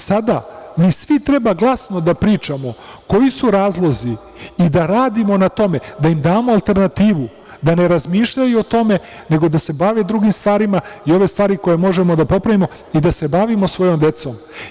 Sada mi svi treba glasno da pričamo koji su razlozi i da radimo na tome, da im damo alternativu, da ne razmišljaju o tome nego da se bave drugim stvarima i ove stvari koje možemo da popravimo i da se bavimo svojom decom.